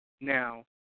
Now